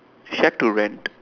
shared to rent